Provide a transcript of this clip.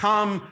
Come